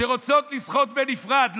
שרוצות לשחות בנפרד?